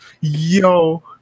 yo